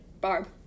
Barb